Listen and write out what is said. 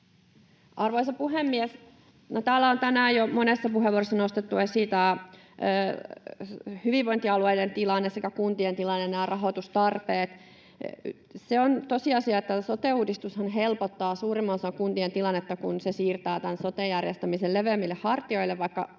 Arvoisa puhemies! Täällä on tänään jo monessa puheenvuorossa nostettu esiin tämä hyvinvointialueiden tilanne sekä kuntien tilanne ja nämä rahoitustarpeet. Se on tosiasia, että sote-uudistushan helpottaa suurimman osan kuntien tilannetta, kun se siirtää tämän soten järjestämisen leveämmille hartioille. Vaikka